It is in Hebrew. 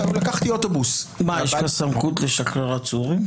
יש לך סמכות לשחרר עצורים,